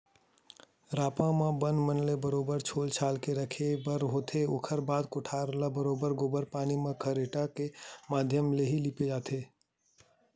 रापा म बन मन ल बरोबर छोल छाल के रखे बर होथे, ओखर बाद कोठार ल बरोबर गोबर पानी म खरेटा के माधियम ले ही लिपे जाथे